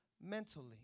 mentally